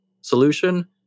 solution